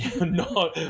No